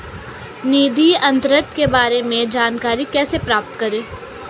निधि अंतरण के बारे में जानकारी कैसे प्राप्त करें?